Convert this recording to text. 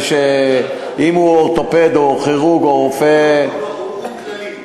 אם הוא אורתופד, כירורג או, הוא כללי.